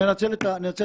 אני רוצה לנצל את ההזדמנות